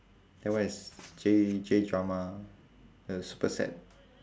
that one is J J drama it was super sad